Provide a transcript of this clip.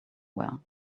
were